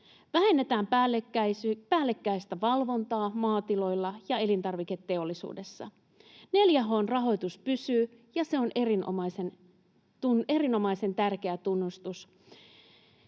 Vähennetään päällekkäistä valvontaa maatiloilla ja elintarviketeollisuudessa. 4H:n rahoitus pysyy, ja se on erinomaisen tärkeä tunnustus